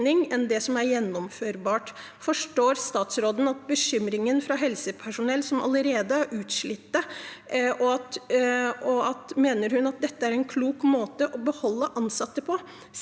enn noe som er gjennomførbart. Forstår statsråden bekymringen fra helsepersonell som allerede er utslitt, og mener hun at dette er en klok måte å beholde ansatte på?